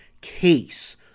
Case